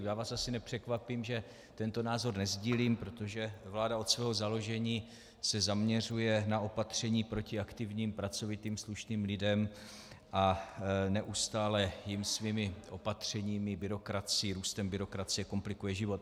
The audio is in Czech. Já vás asi nepřekvapím, že tento názor nesdílím, protože vláda se od svého založení zaměřuje na opatření proti aktivním, pracovitým, slušným lidem a neustále jim svými opatřeními, růstem byrokracie komplikuje život.